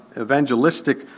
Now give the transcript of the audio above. evangelistic